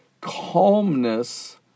calmness